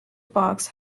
box